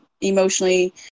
emotionally